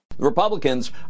Republicans